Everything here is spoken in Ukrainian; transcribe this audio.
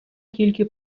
тільки